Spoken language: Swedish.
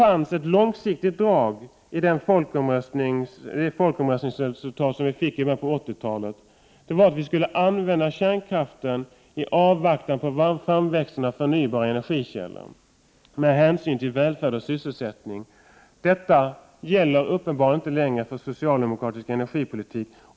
Av resultatet av folkomröstningen i början av 80-talet framgick att vi skulle använda kärnkraften i avvaktan på framväxten av förnybara energikällor och med hänsyn tagen till välfärd och sysselsättning. Detta gäller uppenbarligen inte längre för socialdemokratisk energipolitik.